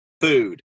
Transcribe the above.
food